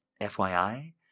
FYI